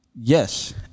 Yes